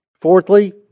Fourthly